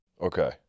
Okay